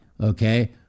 Okay